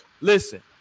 Listen